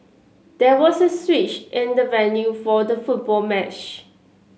there was a switch in the venue for the football match